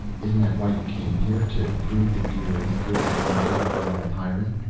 isn't that why you came here? to prove that you were as good as any native-born pyrran?